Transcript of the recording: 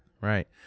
right